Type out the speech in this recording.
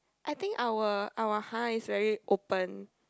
I think our our !huh! is very open